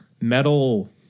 metal